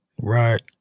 right